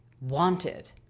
wanted